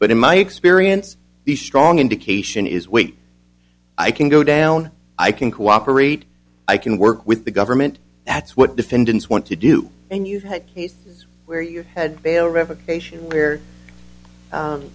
but in my experience the strong indication is wait i can go down i can cooperate i can work with the government that's what defendants want to do and you had cases where your head fail revocation where